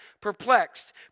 perplexed